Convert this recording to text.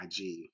IG